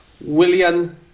William